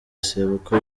sebukwe